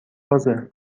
بازه